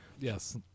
Yes